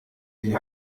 die